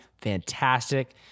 fantastic